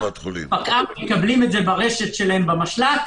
פקע"ר מקבלים את זה ברשת שלהם במשל"ט,